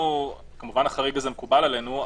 כמובן שהחריג הזה מקובל עלינו,